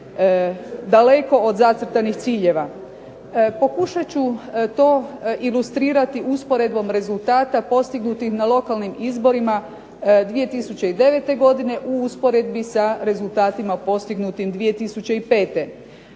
daleko od zacrtanih ciljeva. Pokušat ću to ilustrirati usporedbom rezultata postignutih na lokalnim izborima 2009. godine, u usporedbi sa rezultatima postignutim 2005. Naime